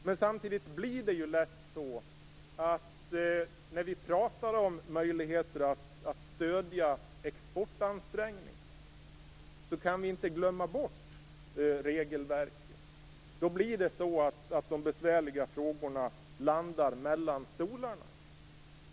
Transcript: Men när vi pratar om möjligheterna att stödja exportansträngningar kan vi inte bortse från regelverket. I så fall blir det så att de besvärliga frågorna landar mellan stolarna.